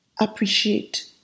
appreciate